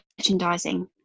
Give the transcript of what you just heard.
merchandising